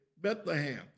Bethlehem